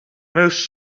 most